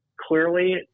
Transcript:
clearly